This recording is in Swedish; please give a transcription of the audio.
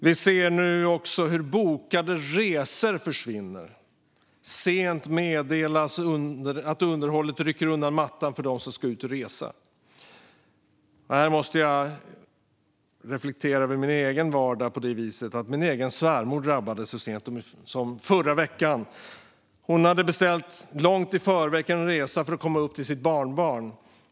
Vi ser nu också hur bokade resor försvinner. Sent meddelas att underhållet rycker undan mattan för dem som ska ut och resa. Här måste jag reflektera över min egen vardag. Min egen svärmor drabbades så sent som i förra veckan. Hon hade långt i förväg beställt en resa för att komma upp till sitt barnbarn.